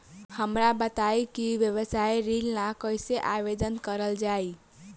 हमरा बताई कि व्यवसाय ऋण ला कइसे आवेदन करल जाई?